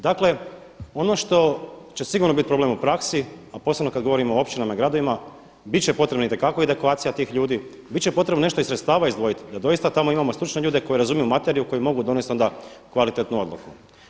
Dakle ono što će sigurno biti problem u praksi a posebno kada govorimo o općinama i gradovima, biti će potrebno itekako i edukacija tih ljudi, biti će potrebno nešto i sredstava izdvojiti da doista tamo imamo stručne ljude koji razumiju materiju koji mogu donijeti onda kvalitetnu odluku.